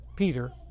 Peter